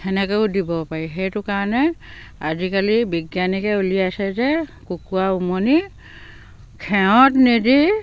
সেনেকৈও দিব পাৰি সেইটো কাৰণে আজিকালি বৈজ্ঞানিকে উলিয়াইছে যে কুকুৰা উমনি খেৰত নিদি